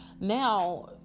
Now